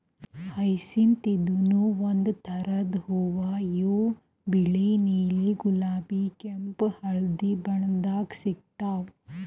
hyacinth ಇದೂನು ಒಂದ್ ಥರದ್ ಹೂವಾ ಇವು ಬಿಳಿ ನೀಲಿ ಗುಲಾಬಿ ಕೆಂಪ್ ಹಳ್ದಿ ಬಣ್ಣದಾಗ್ ಸಿಗ್ತಾವ್